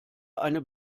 eine